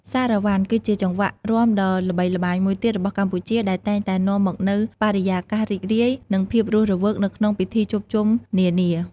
សារ៉ាវ៉ាន់ គឺជាចង្វាក់រាំដ៏ល្បីល្បាញមួយទៀតរបស់កម្ពុជា ដែលតែងតែនាំមកនូវបរិយាកាសរីករាយ និងភាពរស់រវើកនៅក្នុងពិធីជួបជុំនានា។